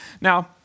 Now